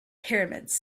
pyramids